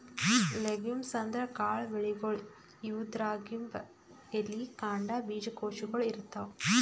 legumes ಅಂದ್ರ ಕಾಳ್ ಬೆಳಿಗೊಳ್, ಇವುದ್ರಾಗ್ಬಿ ಎಲಿ, ಕಾಂಡ, ಬೀಜಕೋಶಗೊಳ್ ಇರ್ತವ್